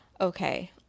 Okay